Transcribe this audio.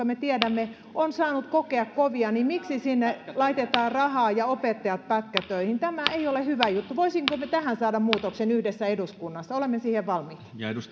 me tiedämme että se on saanut kokea kovia että laitetaan sinne rahaa ja opettajat pätkätöihin tämä ei ole hyvä juttu voisimmeko yhdessä saada tähän muutoksen eduskunnassa olemme siihen valmiita